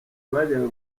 bajyaga